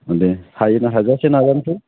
ओं दे हायो ना हाजासे नाजानोसै